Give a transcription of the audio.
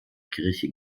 kirche